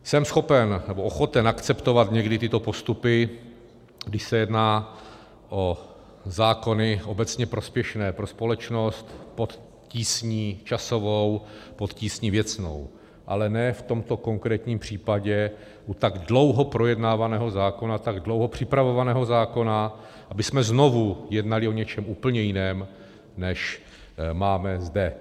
Jsem schopen nebo ochoten akceptovat někdy tyto postupy, když se jedná o zákony obecně prospěšné pro společnost, pod tísní časovou, pod tísní věcnou, ale ne v tomto konkrétním případě u tak dlouho projednávaného zákona, tak dlouho připravovaného zákona, abychom znovu jednali o něčem úplně jiném, než máme zde.